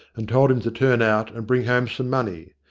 and told him to turn out and bring home some money.